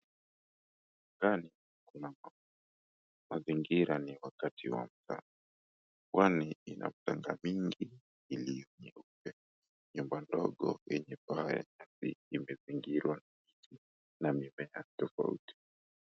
Ndani kuna mazingira ni wakati wa mchana pwani ina mchanga mingi iliyo nyeupe, nyumba ndogo yenye paa ya nyasi imezingirwa na miti na mimea tofauti.